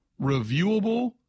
reviewable